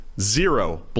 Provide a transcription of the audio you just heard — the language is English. Zero